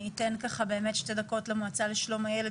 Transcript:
אני אתן באמת שתי דקות למועצה לשלום הילד